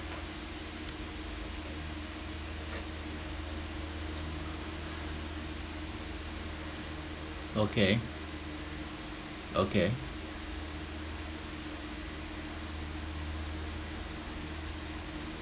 okay okay